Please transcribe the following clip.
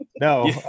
No